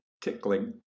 tickling